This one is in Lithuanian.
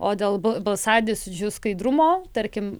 o dėl balsadėžių skaidrumo tarkim